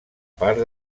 part